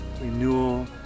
renewal